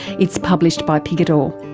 it's published by picador.